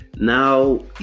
Now